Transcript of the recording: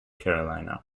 carolina